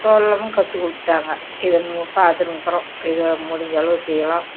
கற்று கொடுத்துட்டாங்க இதை அதுன்கப்பறம் இதை முடிஞ்ச அளவு செய்யலாம்